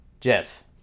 Jeff